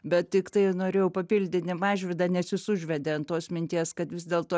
bet tiktai norėjau papildyti mažvydą nes jis užvedė ant tos minties kad vis dėlto